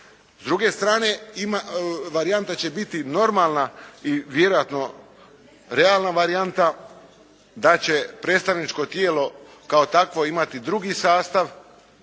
S druge strane varijanta će biti normalna i vjerojatno realna varijanta da će predstavničko tijelo kao takvo imati drugi sastav,